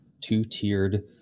two-tiered